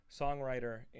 songwriter